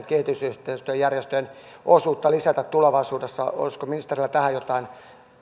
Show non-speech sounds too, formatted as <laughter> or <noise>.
<unintelligible> kehitysyhteistyöjärjestöjen osuutta lisätä tulevaisuudessa olisiko ministerillä tähän jotain